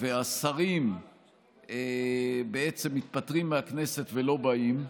והשרים בעצם מתפטרים מהכנסת ולא באים,